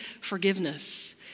forgiveness